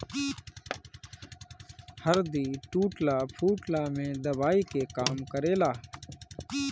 हरदी टूटला फुटला में दवाई के काम करेला